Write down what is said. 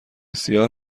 سیاه